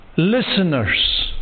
Listeners